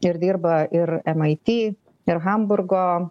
ir dirba ir emaity ir hamburgo